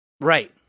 Right